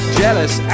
jealous